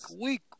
Week